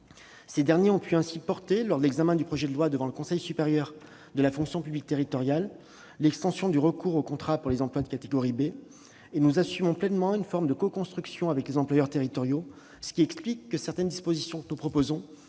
Ces derniers ont ainsi pu porter, lors de l'examen du projet de loi devant le Conseil supérieur de la fonction publique territoriale, l'extension du recours au contrat pour les emplois de catégorie B. Nous assumons pleinement une forme de coconstruction avec les employeurs territoriaux, ce qui explique que certaines dispositions que nous proposons